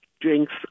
drinks